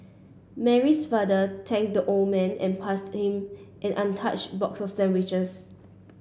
Mary's father thanked the old man and passed him an untouched box of sandwiches